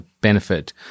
benefit